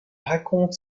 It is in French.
raconte